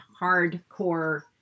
hardcore